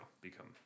become